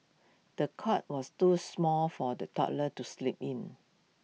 the cot was too small for the toddler to sleep in